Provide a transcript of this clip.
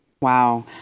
Wow